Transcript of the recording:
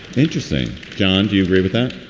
interesting. john, do you agree with that?